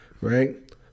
right